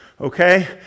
okay